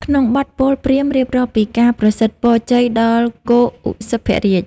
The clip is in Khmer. ក្នុងបទពោល ព្រាហ្មណ៍រៀបរាប់ពីការប្រសិទ្ធពរជ័យដល់គោឧសភរាជ។